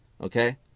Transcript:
Okay